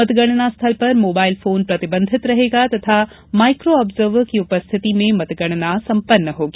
मतगणना स्थल पर मोबाइल फोन प्रतिबंधित रहेगा तथा माइक्रो आब्जर्वर की उपस्थिति में मतगणना संपन्न होगी